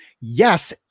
yes